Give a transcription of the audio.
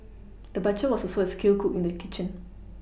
the butcher was also a skilled cook in the kitchen